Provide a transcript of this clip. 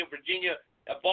Virginia